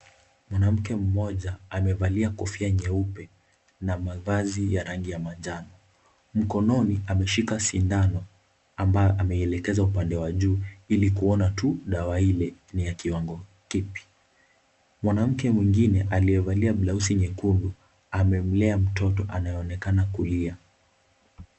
Mwanamke mmoja amevalia kofia nyeupe na mavazi ya rangi ya manjano. Mkononi ameshika sindano, ambayo ameielekeza upande wa juu ili kuona tu dawa ile ni ya kiwango kipi. Mwanamke mwingine aliyevalia blausi nyekundu , amemlea mtoto anayeonekana kulia.